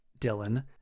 Dylan